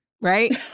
right